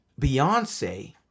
Beyonce